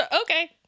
Okay